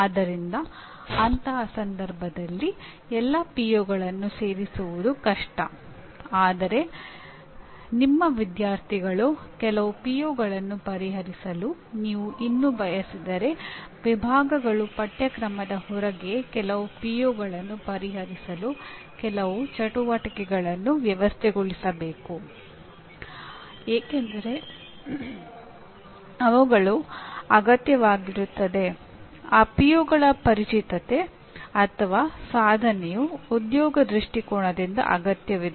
ಆದ್ದರಿಂದ ಅಂತಹ ಸಂದರ್ಭದಲ್ಲಿ ಎಲ್ಲಾ ಪಿಒಗಳನ್ನು ಪರಿಚಿತತೆ ಅಥವಾ ಸಾಧನೆಯು ಉದ್ಯೊಗ ದೃಷ್ಟಿಕೋನದಿಂದ ಅಗತ್ಯವಿದೆ